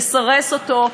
לסרס אותו,